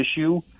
issue